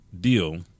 deal